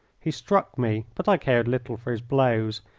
he struck me, but i cared little for his blows,